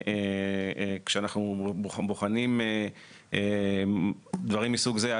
כאשר אנחנו בוחנים מסוג זה,